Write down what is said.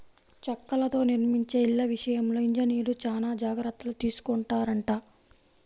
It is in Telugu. చెక్కలతో నిర్మించే ఇళ్ళ విషయంలో ఇంజనీర్లు చానా జాగర్తలు తీసుకొంటారంట